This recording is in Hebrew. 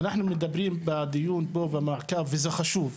אנחנו מדברים בדיון פה במעקב וזה חשוב,